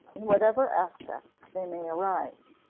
in whatever aspect they may arise.